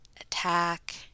attack